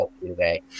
today